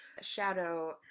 Shadow